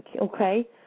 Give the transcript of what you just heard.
okay